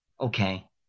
okay